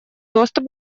доступ